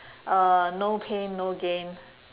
uh no pain no gain